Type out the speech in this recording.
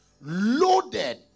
loaded